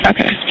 Okay